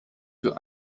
für